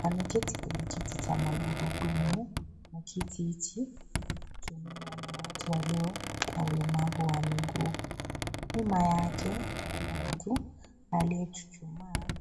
Ameketi kwenye kiti cha magurudumu na kiti hichi hutumiwa na watu walio nna ulemavu wa miguu. Nyuma yake kuna mtu aliyechuchuma